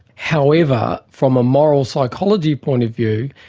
however, from a moral psychology point of view,